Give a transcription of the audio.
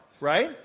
right